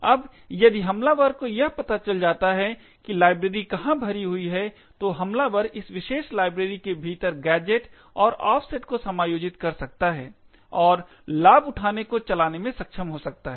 अब यदि हमलावर को यह पता चल जाता है कि लाइब्रेरी कहाँ भरी हुई है तो हमलावर इस विशेष लाइब्रेरी के भीतर गैजेट और ऑफ़सेट को समायोजित कर सकता है और लाभ उठाने को चलाने में सक्षम हो सकता है